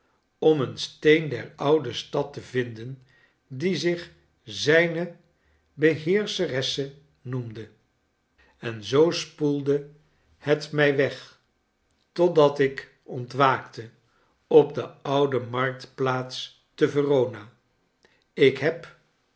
om een steen der oude stad te vinden die zich zijne beheerscheresse noemde en zoo spoelde het mij weg totdat ik ontwaakte op de oude marktplaats te verona ik heb